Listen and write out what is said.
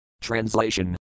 Translation